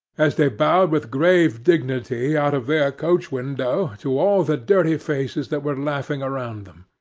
as they bowed with grave dignity out of their coach-window to all the dirty faces that were laughing around them